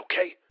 okay